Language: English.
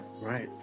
right